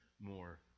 more